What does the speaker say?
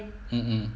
mm mm